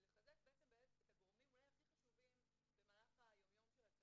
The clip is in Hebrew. ולחזק את הגורמים הכי חשובים במהלך היום-יום של התלמיד,